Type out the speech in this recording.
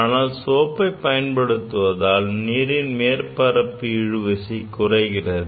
ஆனால் சோப்பை பயன்படுத்துவதால் நீரின் மேற்பரப்பு இழுவிசை குறைகிறது